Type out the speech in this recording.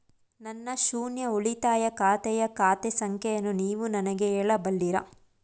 ನನ್ನ ಶೂನ್ಯ ಉಳಿತಾಯ ಖಾತೆಯ ಖಾತೆ ಸಂಖ್ಯೆಯನ್ನು ನೀವು ನನಗೆ ಹೇಳಬಲ್ಲಿರಾ?